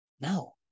No